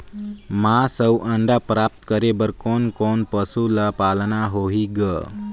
मांस अउ अंडा प्राप्त करे बर कोन कोन पशु ल पालना होही ग?